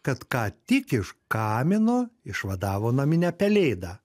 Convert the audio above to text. kad ką tik iš kamino išvadavo naminę pelėdą